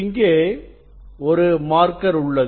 இங்கே ஒரு மார்க்கர் உள்ளது